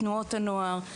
עם תנועות הנוער,